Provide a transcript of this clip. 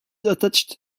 attached